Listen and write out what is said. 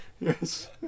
Yes